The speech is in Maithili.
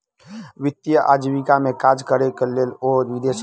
वित्तीय आजीविका में काज करैक लेल ओ विदेश गेला